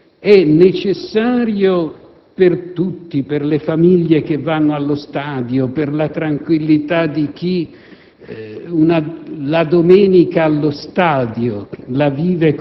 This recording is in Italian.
Sento che ciò è necessario per tutti: per le famiglie che vanno allo stadio, per la tranquillità di chi